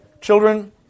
Children